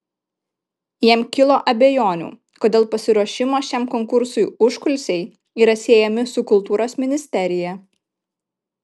jam kilo abejonių kodėl pasiruošimo šiam konkursui užkulisiai yra siejami su kultūros ministerija